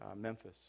Memphis